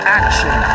action